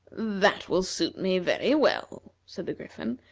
that will suit me very well, said the griffin.